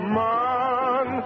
man